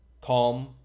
Calm